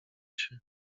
się